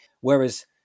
Whereas